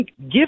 give